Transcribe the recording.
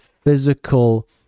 physical